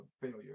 failure